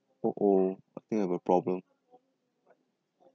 oh oh I think I have a problem